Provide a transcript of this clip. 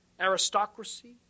Aristocracy